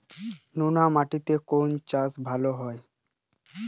নোনা মাটিতে কোন চাষ ভালো হয়?